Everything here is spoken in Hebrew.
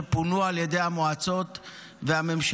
שפונו על ידי המועצות והממשלה,